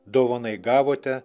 dovanai gavote